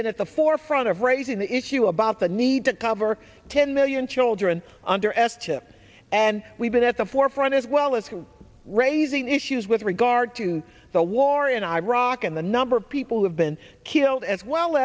been at the forefront of raising the issue about the need to cover ten million children under arrest chip and we've been at the forefront as well as raising issues with regard to the war in iraq and the number of people who have been killed as well